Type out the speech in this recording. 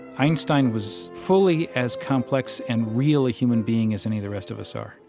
einstein was fully as complex and real a human being as any of the rest of us are.